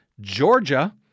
Georgia